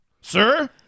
sir